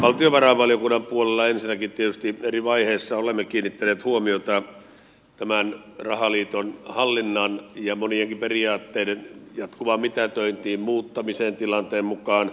valtiovarainvaliokunnan puolella ensinnäkin tietysti eri vaiheissa olemme kiinnittäneet huomiota tämän rahaliiton hallinnan ja monienkin periaatteiden jatkuvaan mitätöintiin muuttamiseen tilanteen mukaan